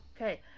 Okay